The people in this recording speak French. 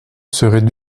serait